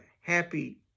happy